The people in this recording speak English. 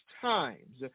times